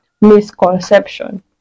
misconception